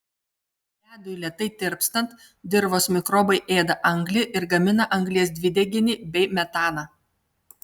ledui lėtai tirpstant dirvos mikrobai ėda anglį ir gamina anglies dvideginį bei metaną